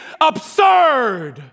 absurd